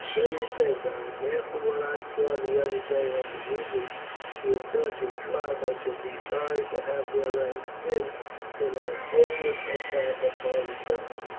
what do you say, beric? after what i saw the other day of the movements you have taught your tribe i should be sorry to have their ranks thinned in a hopeless attack upon the temple.